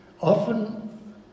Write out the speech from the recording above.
often